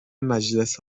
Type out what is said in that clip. مجلس